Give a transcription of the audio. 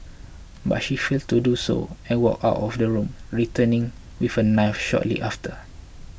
but she failed to do so and walked out of the room returning with a knife shortly after